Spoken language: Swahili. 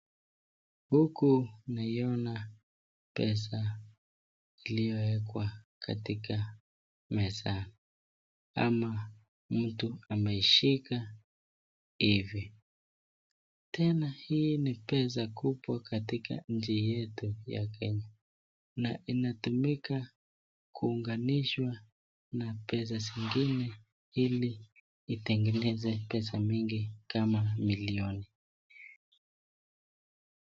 Huku ninaona pesa iliyowekwa katika meza ama mtu ameishika hivi. Tena hii ni pesa kubwa katika nchi yetu ya Kenya na inatumika kuunganishwa na pesa zingine ili itengeneze pesa mingi kama milioni.